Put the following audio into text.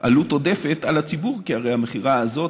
עלות עודפת על הציבור, כי הרי המכירה הזאת,